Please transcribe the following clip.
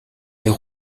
les